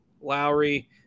Lowry